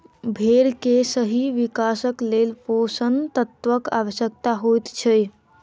भेंड़ के सही विकासक लेल पोषण तत्वक आवश्यता होइत छै